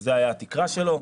שזאת הייתה התקרה שלו.